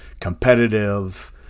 competitive